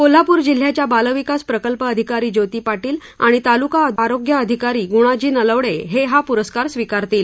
कोल्हापूर जिल्ह्याच्या बाल विकास प्रकल्प अधिकारी ज्योती पाटील आणि तालुका आरोग्य अधिकारी गुणाजी नलवडे हे हा प्रस्कार स्विकारतील